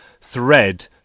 thread